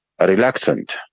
reluctant